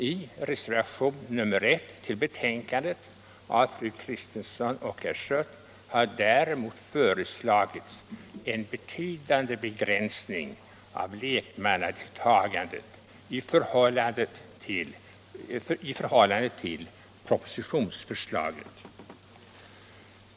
I reservationen 1 av fru Kristensson och herr Schött har däremot föreslagits en betydande begränsning av lekmannadeltagandet i förhållande till propositionsförslaget.